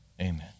Amen